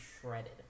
shredded